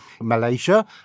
Malaysia